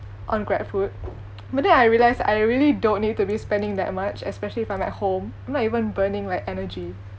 on grabfood but then I realised I really don't need to be spending that much especially if I'm at home I'm not even burning my energy